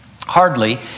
hardly